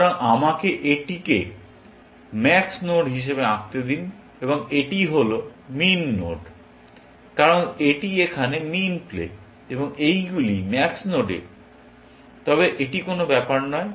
সুতরাং আমাকে এটিকে ম্যাক্স নোড হিসাবে আঁকতে দিন এবং এটি হল মিন নোড কারণ এটি এখানে মিন প্লে এবং এইগুলি ম্যাক্স নোডে তবে এটি কোন ব্যাপার নয়